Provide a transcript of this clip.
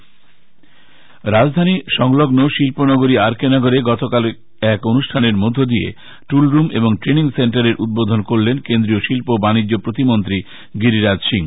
কেন্দ্রীয় মন্ত্রী রাজধানী সংলগ্ন শিল্প নগরী আর কে নগরে গতকাল এক অনুষ্ঠানের মধ্য দিয়ে টুলরুম ও ট্রেনিং সেন্টারের উদ্বোধন করলেন কেন্দ্রীয় শিল্প ও বাণিজ্য প্রতিমন্ত্রী গিরিরাজ সিং